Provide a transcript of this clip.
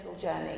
journey